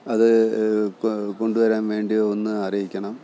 അതൂ കൊണ്ട് വരാൻ വേണ്ടി ഒന്ന് അറിയിക്കണം